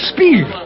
Speed